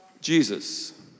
Jesus